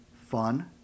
fun